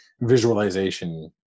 visualization